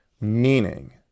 Meaning